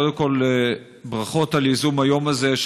קודם כול ברכות על ייזום היום הזה,